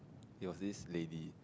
it was this lady